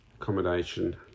accommodation